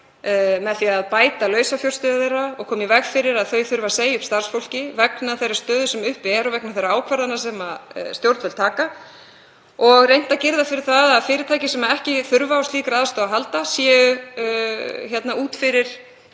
með því að bæta lausafjárstöðu þeirra og koma í veg fyrir að þau þurfi að segja upp starfsfólki vegna þeirrar stöðu sem uppi er og vegna þeirra ákvarðana sem stjórnvöld taka og reynt að girða fyrir það að fyrirtæki sem ekki þurfa á slíkri aðstoð að halda séu innan